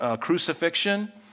crucifixion